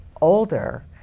older